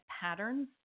patterns